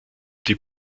die